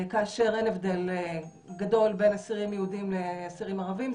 כאשר אין הבדל גדול בין אסירים יהודים לאסירים ערבים,